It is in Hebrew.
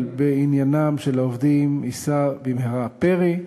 בעניינם של העובדים יישא במהרה פרי,